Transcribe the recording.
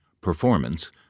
performance